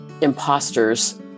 imposters